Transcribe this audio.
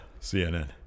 CNN